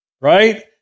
right